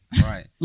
Right